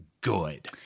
good